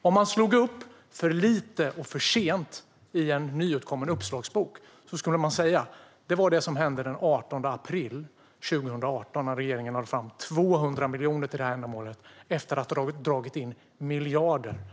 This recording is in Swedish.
Om man slog upp "för lite och för sent" i en nyutkommen uppslagsbok skulle man se att det var det som hände den 18 april 2018, när regeringen lade fram 200 miljoner till det här ändamålet efter att ha dragit in miljarder från samma område.